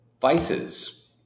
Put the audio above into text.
vices